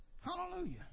Hallelujah